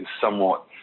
somewhat